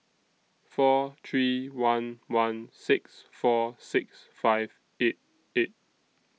four three one one six four six five eight eight